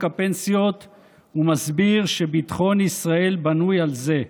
הפנסיות ומסביר שביטחון ישראל בנוי על זה,